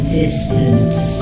distance